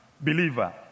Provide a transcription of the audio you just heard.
believer